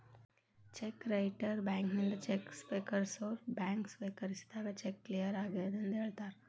check writer ಬ್ಯಾಂಕಿನಿಂದ cheque ಸ್ವೇಕರಿಸೋರ್ bank ಸ್ವೇಕರಿಸಿದಾಗ ಚೆಕ್ ಕ್ಲಿಯರ್ ಆಗೆದಂತ ಹೇಳ್ತಾರ